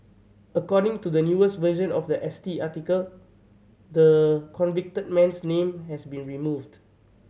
according to the newest version of the S T article the convicted man's name has been removed